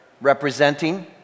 representing